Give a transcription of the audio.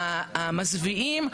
המזוויעים,